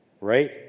right